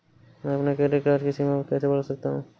मैं अपने credit card की सीमा कैसे बढ़ा सकता हूँ?